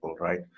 right